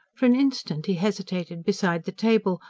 for an instant he hesitated beside the table,